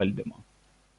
valdymo